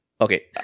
Okay